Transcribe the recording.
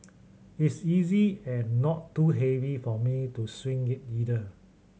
it's easy and not too heavy for me to swing it either